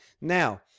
now